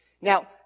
Now